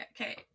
Okay